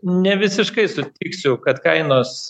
ne visiškai sutiksiu kad kainos